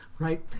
Right